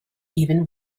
even